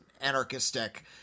anarchistic